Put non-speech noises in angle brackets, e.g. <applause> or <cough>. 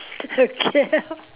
okay <laughs>